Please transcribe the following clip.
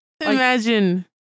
Imagine